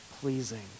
pleasing